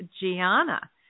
Gianna